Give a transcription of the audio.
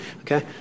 okay